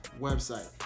website